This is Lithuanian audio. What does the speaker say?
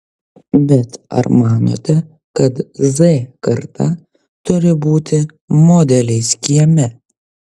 bet ar manote kad z karta turi būti modeliais kieme